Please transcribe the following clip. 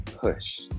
push